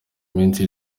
minsi